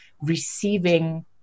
receiving